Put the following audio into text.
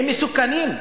הם מסוכנים,